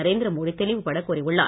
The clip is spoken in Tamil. நரேந்திர மோடி தெளிவுப்பட கூறியுள்ளார்